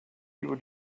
über